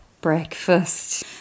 breakfast